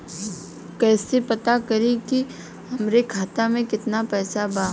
कइसे पता करि कि हमरे खाता मे कितना पैसा बा?